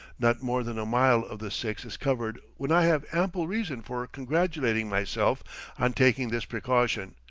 not more than a mile of the six is covered when i have ample reason for congratulating myself on taking this precaution,